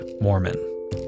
Mormon